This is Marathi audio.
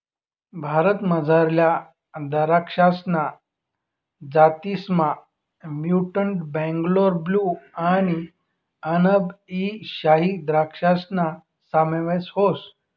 भारतमझारल्या दराक्षसना जातीसमा म्युटंट बेंगलोर ब्लू आणि अनब ई शाही द्रक्षासना समावेश व्हस